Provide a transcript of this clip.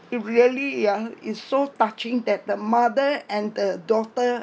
it really ya is so touching that the mother and the daughter